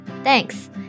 Thanks